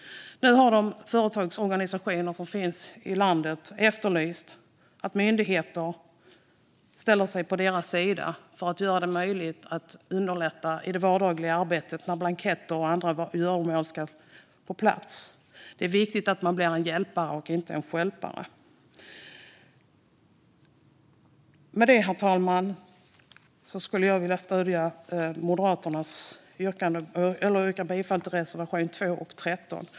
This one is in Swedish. Nu har de företagsorganisationer som finns i landet efterlyst att myndigheter ställer sig på deras sida för att göra handel möjlig och underlätta i det vardagliga arbetet med blanketter och andra göromål. Det är viktigt att man blir en hjälpare och inte en stjälpare. Med det, herr talman, yrkar jag bifall till reservationerna 2 och 13.